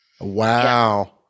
Wow